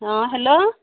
অঁ হেল্ল'